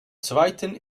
zweiten